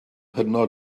hynod